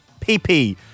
PP